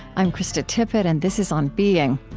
i'm krista tippett, and this is on being.